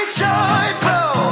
joyful